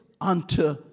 unto